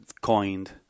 coined